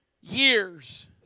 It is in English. years